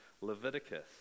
Leviticus